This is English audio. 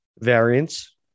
variants